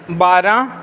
बारां